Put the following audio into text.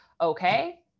okay